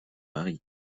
mari